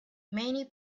many